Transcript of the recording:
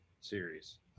series